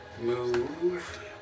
move